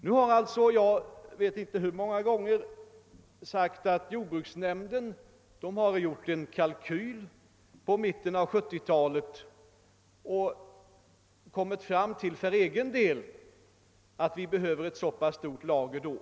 Nu har alltså — jag vet inte hur många gånger jag har sagt det — jordbruksnämnden gjort en kalkyl avseende mitten av 1970-talet och därvid för egen del kommit fram till att vi då behöver hålla ett beredskapslager av den angivna storleken.